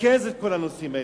שתרכז את כל הנושאים האלה.